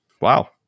Wow